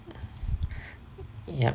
yup